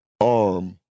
arm